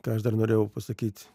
ką aš dar norėjau pasakyti